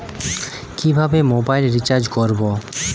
কিভাবে mobile recharge করব?